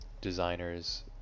designers